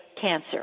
cancer